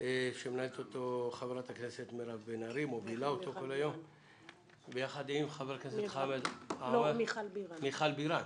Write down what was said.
שמנהלת אותו חברת הכנסת מירב בן ארי ביחד עם חברת הכנסת מיכל בירן.